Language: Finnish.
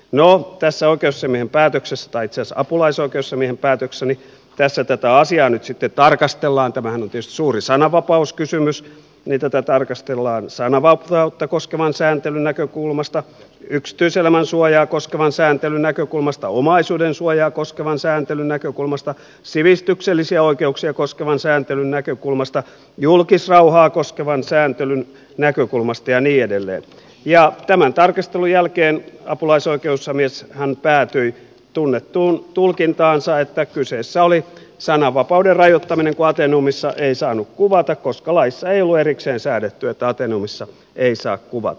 no tässä oikeusasiamiehen päätöksessä tai itse asiassa apulaisoikeusasiamiehen päätöksessä tätä asiaa nyt sitten tarkastellaan tämähän on tietysti suuri sananvapauskysymys sananvapautta koskevan sääntelyn näkökulmasta yksityiselämän suojaa koskevan sääntelyn näkökulmasta omaisuudensuojaa koskevan sääntelyn näkökulmasta sivistyksellisiä oikeuksia koskevan sääntelyn näkökulmasta julkisrauhaa koskevan sääntelyn näkökulmasta ja niin edelleen ja tämän tarkastelun jälkeen apulaisoikeusasiamieshän päätyi tunnettuun tulkintaansa että kyseessä oli sananvapauden rajoittaminen kun ateneumissa ei saanut kuvata koska laissa ei ollut erikseen säädetty että ateneumissa ei saa kuvata